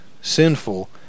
sinful